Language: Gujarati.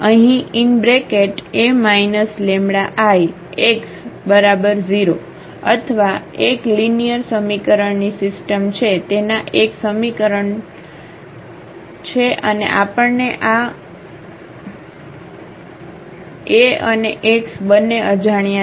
અહીં A λIx0 અથવા એક લિનિયર સમીકરણની સિસ્ટમ છે તેના એક સમીકરણ છે અને આપણને આ અને x બંને અજાણ્યા છે